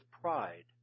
pride